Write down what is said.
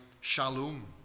Shalom